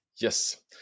Yes